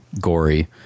gory